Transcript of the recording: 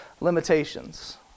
limitations